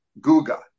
Guga